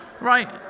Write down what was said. right